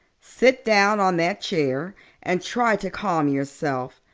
sit down on that chair and try to calm yourself.